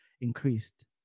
increased